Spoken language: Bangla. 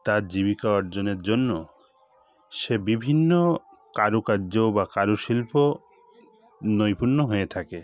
তার জীবিকা অর্জনের জন্য সে বিভিন্ন কারুকার্য বা কারুশিল্প নৈপুণ্য হয়ে থাকে